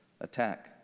attack